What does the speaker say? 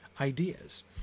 ideas